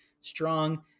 strong